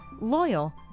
loyal